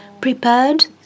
prepared